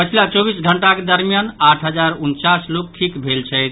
पछिला चौबीस घंटाक दरमियान आठ हजार उनचास लोक ठीक भेलाह अछि